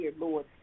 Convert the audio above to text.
Lord